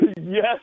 Yes